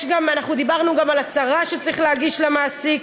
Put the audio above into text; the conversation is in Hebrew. אנחנו גם דיברנו על הצהרה שצריך להגיש למעסיק,